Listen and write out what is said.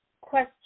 question